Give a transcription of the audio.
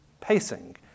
pacing